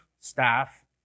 staff